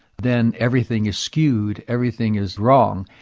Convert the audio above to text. then everything is skewed everything is wrong.